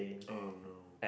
um no